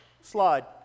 Slide